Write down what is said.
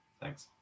Thanks